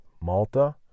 Malta